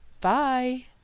Bye